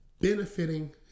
benefiting